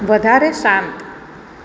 વધારે શાંત